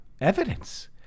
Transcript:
evidence